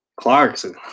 Clarkson